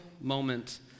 moment